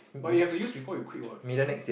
but you have to use before you quite what no